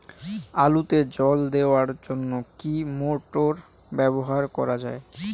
আলুতে জল দেওয়ার জন্য কি মোটর ব্যবহার করা যায়?